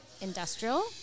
industrial